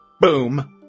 boom